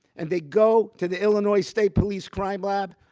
and they go to the illinois state police crime lab,